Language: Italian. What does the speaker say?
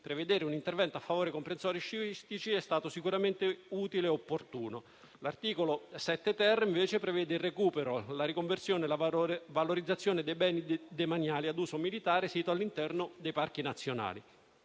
prevedere un intervento a favore dei comprensori sciistici è stato sicuramente utile e opportuno. L'articolo 7-*ter* prevede il recupero, la riconversione e la valorizzazione di beni demaniali ad uso militare situati all'interno di parchi nazionali.